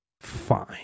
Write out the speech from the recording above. fine